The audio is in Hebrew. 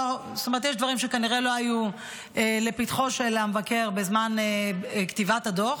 דברים שכנראה לא היו לפתחו של המבקר בזמן כתיבת הדוח,